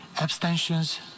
abstentions